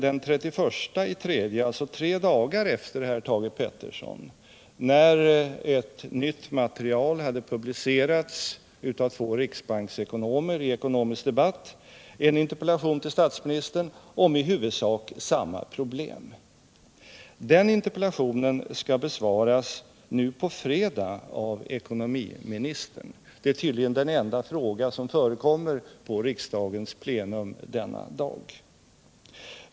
Den 31 mars, alltså tre dagar efter herr Thage Peterson, när nytt material hade publicerats av två riksbanksekonomer i tidskriften Ekonomisk Debatt, riktade jag en interpellation till statsministern om i huvudsak samma problem. Den interpellationen skall besvaras nu på fredag av ekonomiministern. Det är tydligen det enda ärende som förekommer vid riksdagens plenum denna dag.